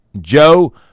Joe –